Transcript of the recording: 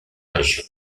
région